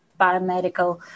biomedical